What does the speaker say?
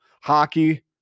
Hockey